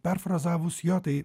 perfrazavus jo tai